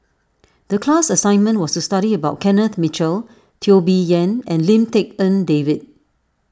the class assignment was to study about Kenneth Mitchell Teo Bee Yen and Lim Tik En David